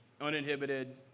uninhibited